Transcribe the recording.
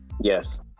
Yes